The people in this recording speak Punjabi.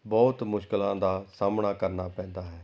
ਬਹੁਤ ਮੁਸ਼ਕਲਾਂ ਦਾ ਸਾਹਮਣਾ ਕਰਨਾ ਪੈਂਦਾ ਹੈ